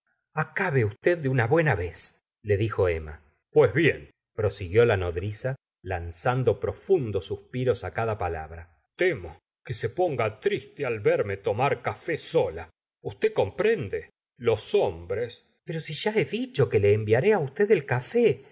acabe usted de una vez le dijo emma pues bienprosiguió la nodriza lanzando profundos suspiros cada palabra temo que se ponga triste al verme tomar café sola usted comprende los hombres pero si ya he dicho que le enviaré usted el café